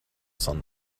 sun